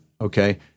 okay